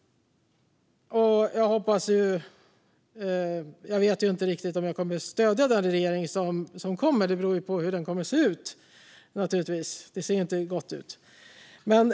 Jag vet inte riktigt om jag kommer att stödja den regering som kommer - det beror naturligtvis på hur den kommer att se ut, och det ser inte gott ut.